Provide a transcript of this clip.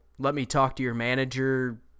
let-me-talk-to-your-manager